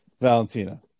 Valentina